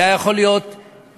זה היה יכול להיות נשים,